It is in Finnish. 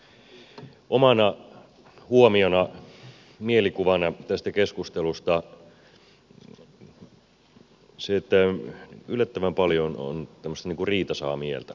ihan omana huomiona mielikuvana tästä keskustelusta se että yllättävän paljon on tämmöistä niin kuin riitaisaa mieltä